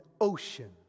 ocean